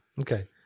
okay